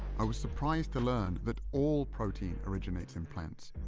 i was surprised to learn that all protein originates in plants.